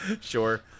Sure